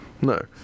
No